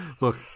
look